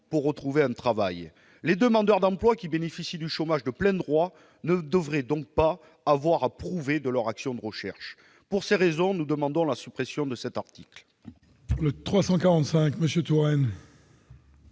pour retrouver un travail. Ceux qui bénéficient du chômage de plein droit ne devraient par conséquent pas avoir à prouver leurs actions de recherche. Pour ces raisons, nous demandons la suppression de cet article.